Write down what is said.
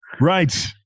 Right